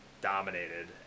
dominated